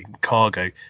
Cargo